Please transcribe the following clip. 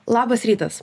labas rytas